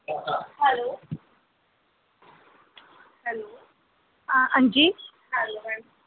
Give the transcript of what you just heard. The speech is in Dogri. अंजी